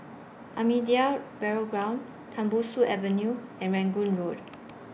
Ahmadiyya Burial Ground Tembusu Avenue and Rangoon Road